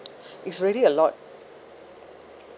it's really a lot